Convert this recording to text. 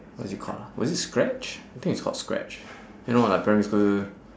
what is it called ah was it scratch I think it's called scratch you know like primary school